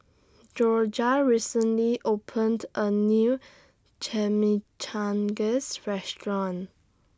Jorja recently opened A New Chimichangas Restaurant